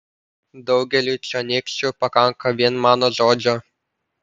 daugeliui čionykščių pakanka vien mano žodžio